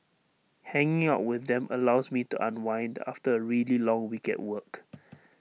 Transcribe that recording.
hanging out with them allows me to unwind after A really long week at work